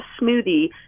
smoothie